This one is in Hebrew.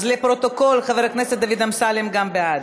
אז לפרוטוקול, חבר הכנסת דוד אמסלם בעד.